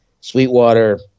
Sweetwater